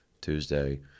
Tuesday